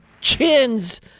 chins